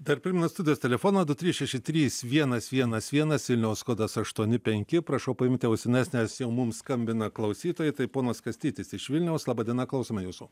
dar primenu studijos telefoną du trys šeši trys vienas vienas vienas vilniaus kodas aštuoni penki prašau paimti ausines nes jau mums skambina klausytojai tai ponas kastytis iš vilniaus laba diena klausome jūsų